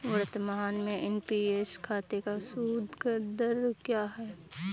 वर्तमान में एन.पी.एस खाते का सूद दर क्या है?